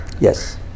Yes